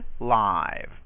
live